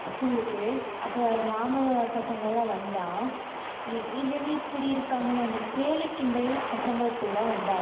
ஸ்கூலுக்கு அப்போது கிராமம் பசங்களெலாம் வந்தால் இது என்ன இப்படி இருக்காங்கனு அந்த கேலி கிண்டல் பசங்களுக்குள்ளே உண்டாகுது